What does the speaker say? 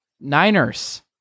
Niners